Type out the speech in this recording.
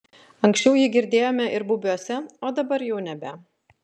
anksčiau jį girdėjome ir bubiuose o dabar jau nebe